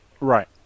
right